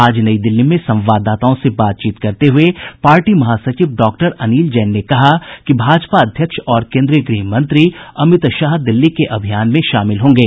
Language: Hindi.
आज नई दिल्ली में संवाददाताओं से बातचीत करते हुए पार्टी महासचिव डॉक्टर अनिल जैन ने कहा कि भाजपा अध्यक्ष और केन्द्रीय गृहमंत्री अमित शाह दिल्ली के अभियान में शामिल होंगे